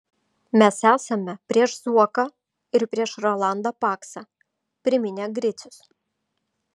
mes esame prieš zuoką ir prieš rolandą paksą priminė gricius